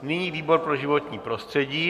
Nyní výbor pro životní prostředí.